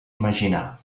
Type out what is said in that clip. imaginar